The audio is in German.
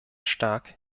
stark